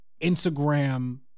Instagram